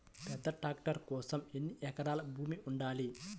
పెద్ద ట్రాక్టర్ కోసం ఎన్ని ఎకరాల భూమి ఉండాలి?